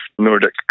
Nordic